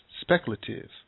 Speculative